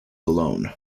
alone